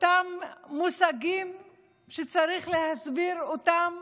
אותם מושגים שצריך להסביר אותם